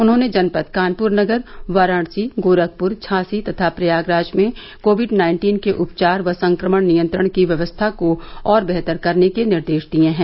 उन्होंने जनपद कानपुर नगर वाराणसी गोरखपुर झांसी तथा प्रयागराज में कोविड नाइन्टीन के उपचार व संक्रमण नियंत्रण की व्यवस्था को और बेहतर करने के निर्देश दिए हैं